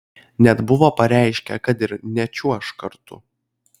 net buvo pareiškę kad ir nečiuoš kartu